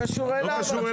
לא קשור אליך?